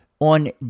On